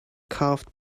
carved